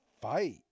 fight